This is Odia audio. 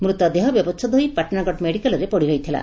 ମୂତ ଦେହ ବ୍ୟବଛେଦ ହୋଇ ପାଟଣାଗଡ ମେଡିକାଲରେ ପଡିରହିଥିଲା